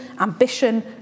ambition